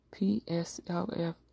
PSLF